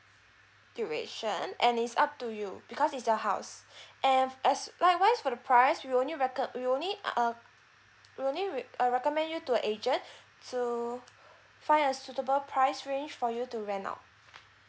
duration and it's up to you because it's your house and as likewise for the price we only reco~ we only uh we only we~ uh recommend you to an agent to find a suitable price range for you to rent out